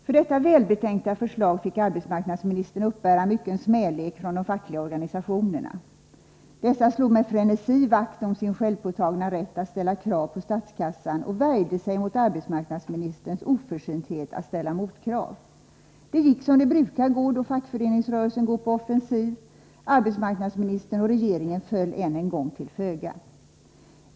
För detta välbetänkta förslag fick arbetsmarknadsministern utstå mycken smälek från de fackliga organisationerna. Dessa slog med frenesi vakt om sin självpåtagna rätt att ställa krav på statskassan och värjde sig mot arbetsmarknadsministerns oförsynthet att ställa motkrav. Det gick som det brukar gå då fackföreningsrörelsen är på offensiv. Arbetsmarknadsministern och regeringen föll än en gång till föga.